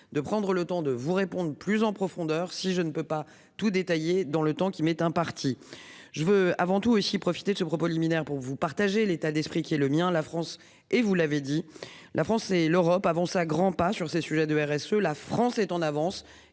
de prendre le temps de vous répondre plus en profondeur si je ne peux pas tout détailler dans le temps qui m'est imparti. Je veux avant tout aussi profité de ce propos liminaire pour vous partagez l'état d'esprit qui est le mien. La France et vous l'avez dit, la France et l'Europe avance à grands pas sur ces sujets de RSE. La France est en avance.